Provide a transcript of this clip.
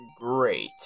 great